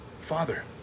Father